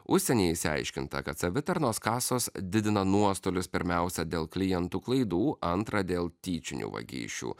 užsieny išsiaiškinta kad savitarnos kasos didina nuostolius pirmiausia dėl klientų klaidų antra dėl tyčinių vagysčių